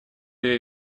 две